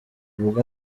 ubwo